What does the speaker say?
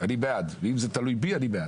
אם זה תלוי בי אני בעד.